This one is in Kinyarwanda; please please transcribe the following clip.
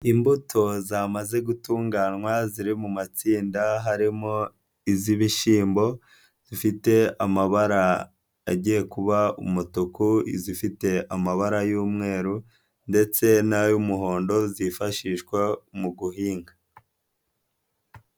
Imbuto zamaze gutunganywa ziri mu matsinda, harimo iz'ibishyimbo zifite amabara agiye kuba umutuku, izifite amabara y'umweru ndetse n'ay'umuhondo, zifashishwa mu guhinga.